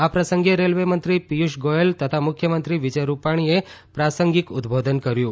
આ પ્રસંગે રેલવે મંત્રી પિયુષ ગોયલ તથા મુખ્યમંત્રી વિજય રૂપાણી પ્રાસંગિક સંબોધન કર્યુ